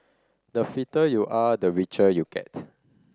the fitter you are the richer you get